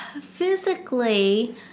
Physically